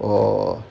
oh